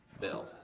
Bill